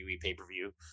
pay-per-view